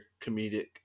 comedic